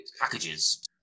packages